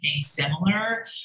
similar